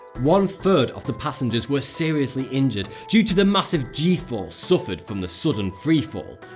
one third of the passengers were seriously injured due to the massive g-force suffered from the sudden freefall.